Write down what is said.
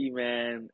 man